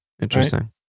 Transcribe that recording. interesting